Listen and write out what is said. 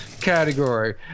category